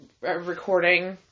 recording